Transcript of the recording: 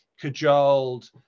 cajoled